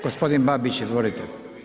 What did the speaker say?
Gospodin Babić izvolite.